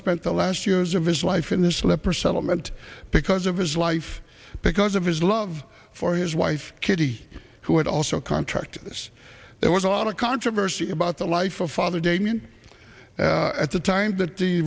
spent the last years his life in this leper settlement because of his life because of his love for his wife kitty who would also contract this there was a lot of controversy about the life of father damian at the time that the